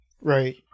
Right